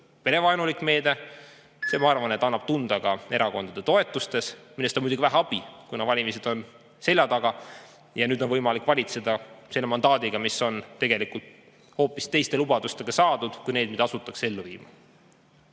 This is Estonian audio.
perevaenulik meede ja see, ma arvan, annab tunda ka erakondade toetustes, millest on muidugi vähe abi, kuna valimised on seljataga ja nüüd on võimalik valitseda selle mandaadiga, mis on tegelikult saadud hoopis teiste lubadustega kui need, mida asutakse ellu viima.